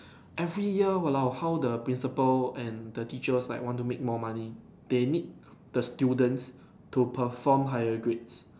every year !walao! how the principal and the teachers like want to make more money they need the students to perform higher grades